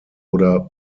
oder